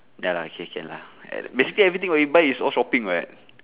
ya lah okay can lah basically everything what we buy is all shopping [what]